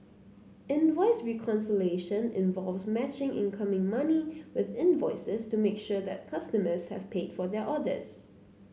invoice reconciliation involves matching incoming money with invoices to make sure that customers have paid for their orders